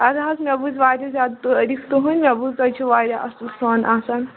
اَدٕ حظ مےٚ بوٗزۍ واریاہ زیادٕ تعٲریٖف تُہُنٛدۍ مےٚ بوٗز تۄہہِ چھُ واریاہ اَصٕل سۄن آسَان